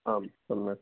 आं सम्यक्